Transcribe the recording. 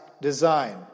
design